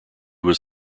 was